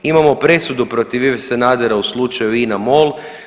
Imamo presudu protiv Ive Sanadera u slučaju INAMOL.